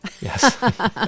yes